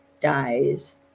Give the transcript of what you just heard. dies